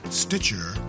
stitcher